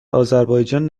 آذربایجان